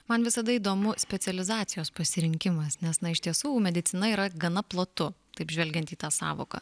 man visada įdomu specializacijos pasirinkimas nes na iš tiesų medicina yra gana platu taip žvelgiant į tą sąvoką